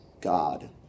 God